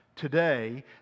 today